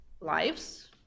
lives